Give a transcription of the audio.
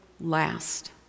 last